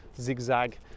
zigzag